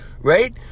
right